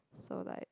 so like